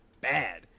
bad